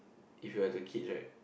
if you have the kids right